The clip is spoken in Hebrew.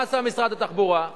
מה עשה משרד התחבורה?